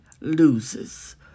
loses